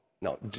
No